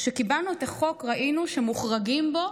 כשקיבלנו את החוק ראינו שמוחרגים בו